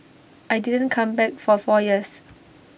I didn't come back for four years